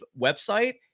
website